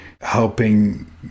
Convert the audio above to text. helping